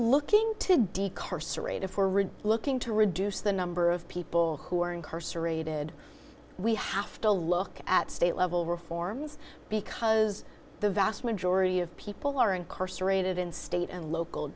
really looking to reduce the number of people who are incarcerated we have to look at state level reforms because the vast majority of people are incarcerated in state and local